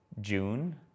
June